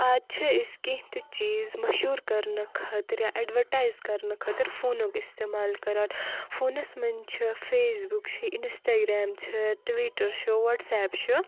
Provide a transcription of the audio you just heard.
آز چھِ أسۍ کیٚنہہ تہِ چیٖز مشہوٗر کرنہٕ خٲطرٕ ایٚڈواٹایز کرنہٕ خٲطرٕ فونُک استعمال کران فونس منٛز چھِ فیسبُک چھِ اِنسٹاگرام چھِ ٹویٹر چھُ واٹسایپ چھ